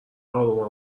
آروم